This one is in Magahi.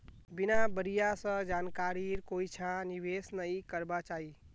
बिना बढ़िया स जानकारीर कोइछा निवेश नइ करबा चाई